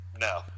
No